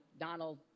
Donald